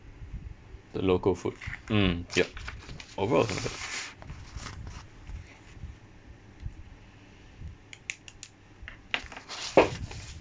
the local food mm yup overall was not bad